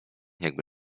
jakby